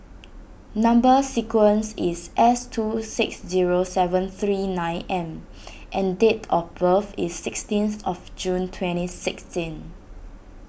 Number Sequence is S two six zero seven three nine M and date of birth is sixteen of June twenty sixteen